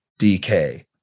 DK